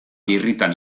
birritan